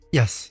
yes